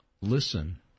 listen